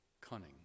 cunning